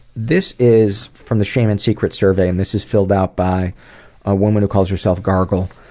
this is from the shame and secret survey and this is filled out by a woman who calls herself gargle,